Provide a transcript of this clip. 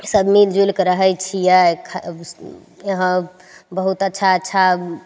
सब मिलि जुलिके रहय छियै खा यहाँ बहुत अच्छा अच्छा